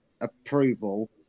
approval